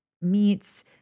meats